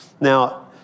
Now